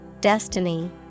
destiny